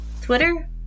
Twitter